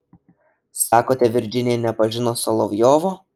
sakote virdžinija nepažino solovjovo